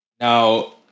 Now